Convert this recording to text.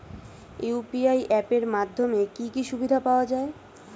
UPI app এর মাধ্যমে কি কি সুবিধা পাওয়া যায়?